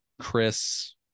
Chris